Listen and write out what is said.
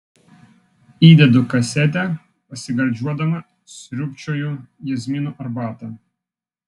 įdedu kasetę pasigardžiuodama sriubčioju jazminų arbatą